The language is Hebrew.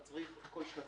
אתה צריך לעשות כל שנתיים,